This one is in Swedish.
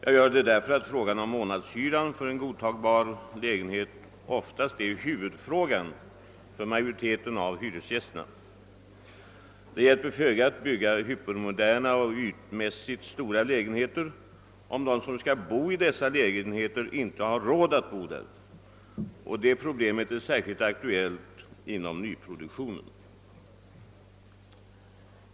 Jag gör detta därför att frågan om månadshyran för en godtagbar lägenhet ofta är huvudfrågan för majoriteten av hyresgästerna. Det hjälper föga att bygga hypermoderna och ytmässigt stora lägenheter, om de som skall bo där inte har råd till det. Detta problem är särskilt aktuellt inom nyproduktionen.